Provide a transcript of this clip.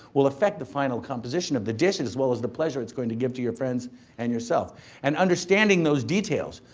will affect the final composition of the dishes as well as the pleasure it's going to give to your friends and yourself and understanding those details,